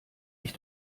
ich